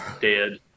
dead